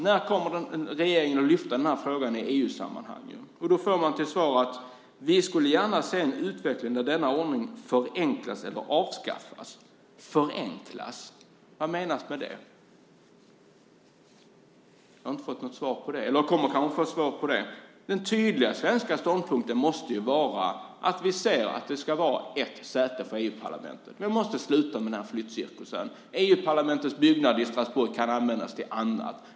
När kommer regeringen att lyfta fram frågan i EU-sammanhang? Svaret jag får är: "Vi skulle gärna se en utveckling där denna ordning förenklas eller avskaffas." Vad menas med "förenklas"? Jag har inte fått något svar på det. Kanske kommer jag att få ett svar. Den tydliga svenska ståndpunkten måste vara att det ska vara ett säte för EU-parlamentet. Vi måste sluta med flyttcirkusen. EU-parlamentets byggnad i Strasbourg kan användas till annat.